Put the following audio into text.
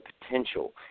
potential